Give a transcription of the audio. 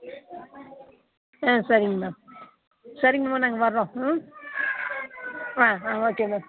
ஆ சரிங்க மேம் சரிங்க மேம் நாங்கள் வர்றோம் ம் ஆ ஆ ஓகே மேம்